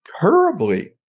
terribly